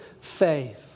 faith